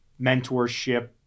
mentorship